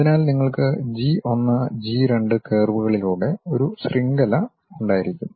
അതിനാൽ നിങ്ങൾക്ക് G 1 G 2 കർവുകളുടെ ഒരു ശൃംഖല ഉണ്ടായിരിക്കും